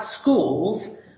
schools